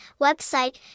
Website